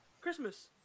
Christmas